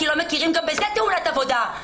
כי לא מכירים גם בזה כתאונת עבודה.